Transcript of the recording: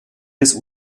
des